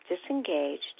disengaged